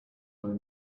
man